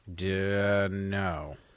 No